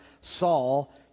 Saul